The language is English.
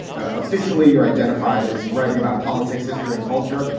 officially, you're identified as writing about politics, history and culture,